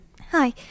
Hi